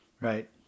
Right